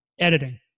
editing